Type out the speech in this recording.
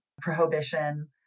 prohibition